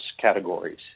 categories